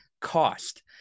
cost